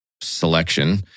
selection